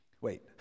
Wait